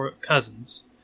cousins